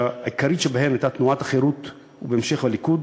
שהעיקרית שבהן הייתה תנועת החרות, ובהמשך, הליכוד,